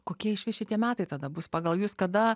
kokie išvis šitie metai tada bus pagal jus kada